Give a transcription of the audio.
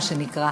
מה שנקרא.